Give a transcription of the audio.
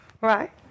Right